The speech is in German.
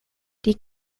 die